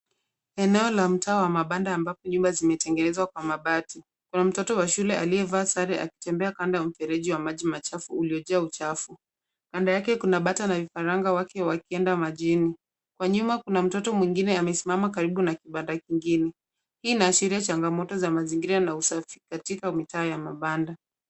Eneo la mtaa wa mabanda ambapo nyumba zimetengenezwa kwa mabati. Kuna mtoto wa shule aliyevaa sare akitembea kando ya mfereji wa maji machafu uliojaa uchafu. Kando yake kuna bata na vifaranga wake wakienda majini. Kwa nyuma kuna mtoto mwingine amesimama karibu na kibanda kingine. Hii inaashiria changamoto za mazingira na usafi katika mitaa ya mabanda.